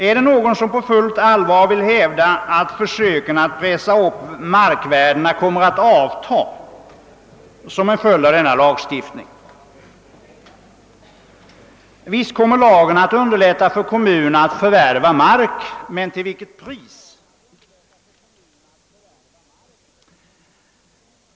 Är det någon som på fullt allvar vill hävda att försöken att pressa upp markvärdena kommer att avta som en följd av denna lagstiftning? Visst kommer lagen att underlätta för kommunerna att förvärva mark. Men till vilket pris?